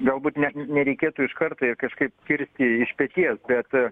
galbūt net nereikėtų iš karto jo kažkaip kirsti iš peties bet